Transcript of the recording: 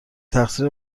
تقصیر